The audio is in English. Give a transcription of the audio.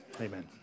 amen